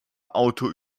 auto